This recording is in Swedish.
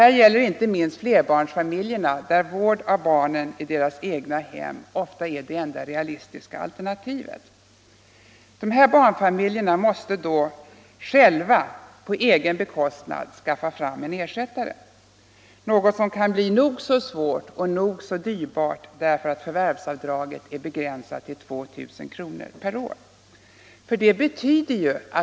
Det gäller inte minst flerbarnsfamiljerna, där vård i det egna hemmet ofta är det enda realistiska alternativet. Dessa barnfamiljer måste då själva på egen bekostnad skaffa fram en ersättare, något som kan bli nog så svårt och nog så dyrt därför att förvärvsavdraget är begränsat till 2000 kr. per år.